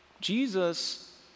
Jesus